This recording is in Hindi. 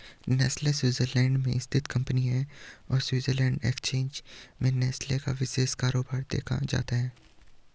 नेस्ले स्वीटजरलैंड में स्थित कंपनी है और स्विस एक्सचेंज में नेस्ले का विशेष कारोबार देखा जाता है